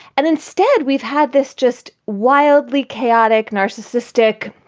and instead, we've had this just wildly chaotic, narcissistic,